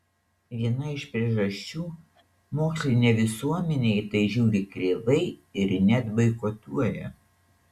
viena iš priežasčių mokslinė visuomenė į tai žiūri kreivai ir net boikotuoja